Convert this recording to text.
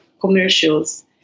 commercials